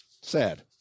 Sad